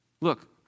Look